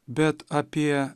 bet apie